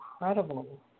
incredible